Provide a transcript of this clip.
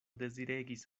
deziregis